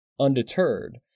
Undeterred